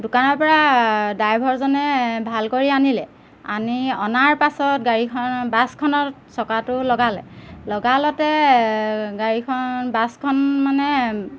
দোকানৰ পৰা ড্ৰাইভাৰজনে ভাল কৰি আনিলে আনি অনাৰ পাছত গাড়ীখন বাছখনত চকাটো লগালে লগালতে গাড়ীখন বাছখন মানে